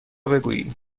بگویی